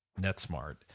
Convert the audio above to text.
NetSmart